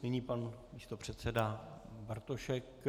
Nyní pan místopředseda Bartošek.